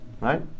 right